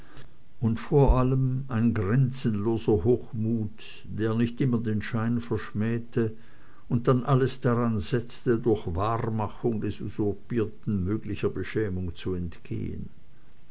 und vor allem ein grenzenloser hochmut der nicht immer den schein verschmähte und dann alles daran setzte durch wahrmachung des usurpierten möglicher beschämung zu entgehen